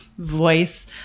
Voice